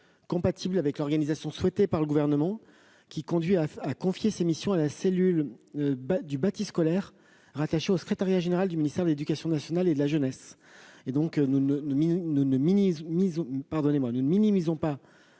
compatibles avec l'organisation souhaitée par le Gouvernement, qui propose de confier les missions de l'observatoire à la cellule du bâti scolaire rattachée au secrétariat général du ministère de l'éducation nationale et de la jeunesse. Nous ne minimisons pas